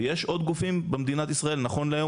ויש עוד גופים במדינת ישראל נכון להיום